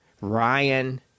Ryan